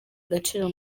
agaciro